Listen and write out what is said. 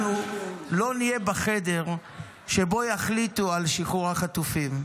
אנחנו לא נהיה בחדר שבו יחליטו על שחרור החטופים.